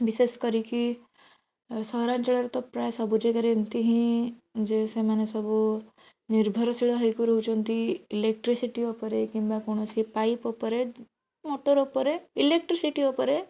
ବିଶେଷ କରିକି ସହରାଞ୍ଚଳରେ ତ ପ୍ରାୟ ସବୁ ଜାଗାରେ ଏମିତି ହିଁ ଯେ ସେମାନେ ସବୁ ନିର୍ଭରଶୀଳ ହେଇପାରୁଛନ୍ତି ଇଲେକ୍ଟ୍ରିସିଟି ଉପରେ କିମ୍ବା କୌଣସି ପାଇପ ଉପରେ ମଟର ଉପରେ ଇଲେକ୍ଟ୍ରିସିଟି ଉପରେ